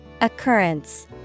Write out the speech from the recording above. Occurrence